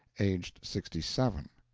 aged sixty-seven.